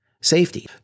safety